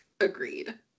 agreed